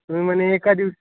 तुम्ही म्हणे एका दिवस